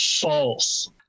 false